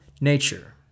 nature